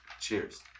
Cheers